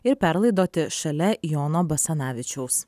ir perlaidoti šalia jono basanavičiaus